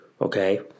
Okay